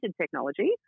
technology